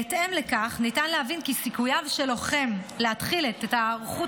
בהתאם לכך ניתן להבין כי סיכוייו של לוחם להתחיל את ההיערכות